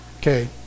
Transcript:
Okay